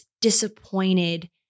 disappointed